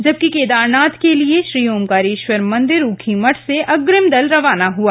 जबकि केदारनाथ के लिए श्री ऑकारेश्वर मंदिर उखीमठ से अग्निम दल रवाना हुआ